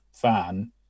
fan